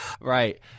Right